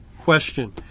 question